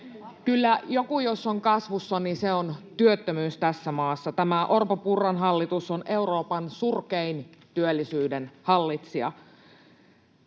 Kyllä jos joku on kasvussa, niin se on työttömyys tässä maassa. Tämä Orpon—Purran hallitus on Euroopan surkein työllisyyden hallitsija.